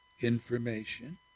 information